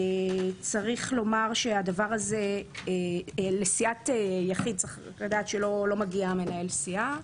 צריך לדעת שלסיעת יחיד לא מגיע מנהל סיעה.